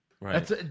Right